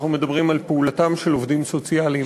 אנחנו מדברים על פעולתם של עובדים סוציאליים,